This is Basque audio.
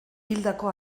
hildako